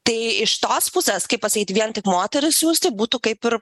tai iš tos pusės kaip pasakyt vien tik moterys siųsti būtų kaip ir